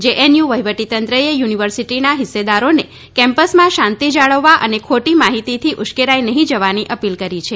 JNU વહીવટીતંત્રએ યુનિવર્સિટીના હિસ્સેદારોને કેમ્પસમાં શાંતિ જાળવવા અને ખોટી માહિતીથી ઉશ્કેરાઈ નહી જવાની અપીલ કરી છે